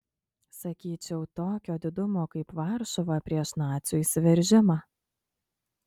sakyčiau tokio didumo kaip varšuva prieš nacių įsiveržimą